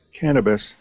cannabis